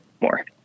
more